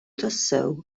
tassew